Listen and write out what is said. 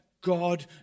God